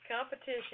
competition